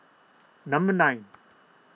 number nine